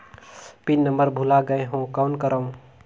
Pin number भुला गयें हो कौन करव?